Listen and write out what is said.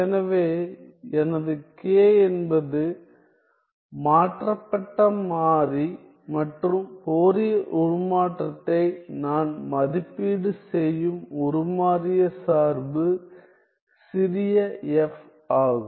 எனவே எனது k என்பது மாற்றப்பட்ட மாறி மற்றும் ஃபோரியர் உருமாற்றத்தை நான் மதிப்பீடு செய்யும் உருமாறிய சார்பு சிறிய f ஆகும்